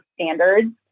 standards